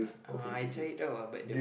I tried it out but the